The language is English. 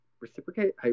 reciprocate